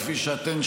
כפי שאתן,